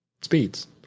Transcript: speeds